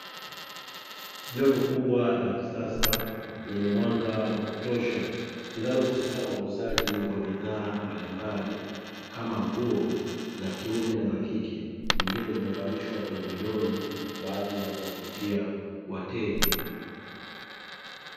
Jengo kubwa la kisasa lenye mwanga wa kutosha, linalohusika na uuzaji wa bidhaa mbalimbali kama nguo za kiume na za kike, nyingine zimevalishwa kwenye midoli, kwa ajili ya kuwavutia wateja.